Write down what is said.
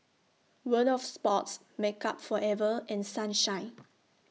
World of Sports Makeup Forever and Sunshine